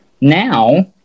Now